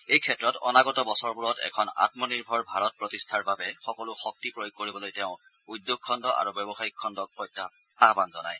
এইক্ষেত্ৰত অনাগত বছৰবোৰত এখন আমনিৰ্ভৰ ভাৰত প্ৰতিষ্ঠাৰ বাবে সকলো শক্তি প্ৰয়োগ কৰিবলৈ তেওঁ উদ্যোগ খণ্ড আৰু ব্যৱসায়িক খণ্ডক আহান জনায়